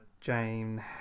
Jane